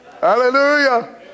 Hallelujah